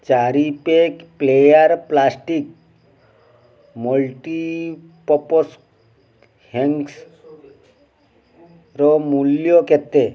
ଚାରି pack player plastic multipurpose ହ୍ୟାଙ୍ଗର୍ସ୍ର ମୂଲ୍ୟ କେତେ